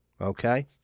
Okay